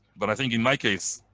but i think in my case,